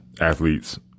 athletes